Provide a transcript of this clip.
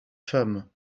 femmes